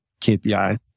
KPI